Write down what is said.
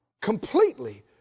completely